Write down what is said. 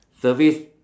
service